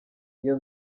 iyo